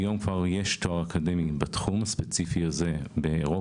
היום כבר יש תואר אקדמי בתחום הספציפי הזה באירופה.